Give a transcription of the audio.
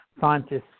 scientists